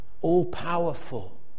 all-powerful